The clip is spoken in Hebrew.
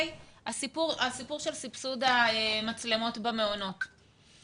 הסיפור של סבסוד המצלמות במעונות.